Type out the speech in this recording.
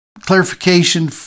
Clarification